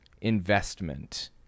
investment